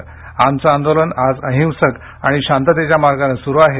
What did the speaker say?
आमचे आंदोलन आज अहिंसक आणि शांततेच्या मार्गाने स्रु आहे